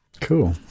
Cool